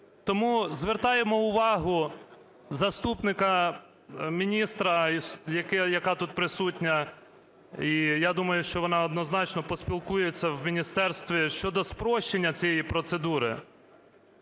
Тому звертаємо увагу заступника міністра, яка тут присутня, і я думаю, що вона однозначно поспілкується в міністерстві щодо спрощення цієї процедури.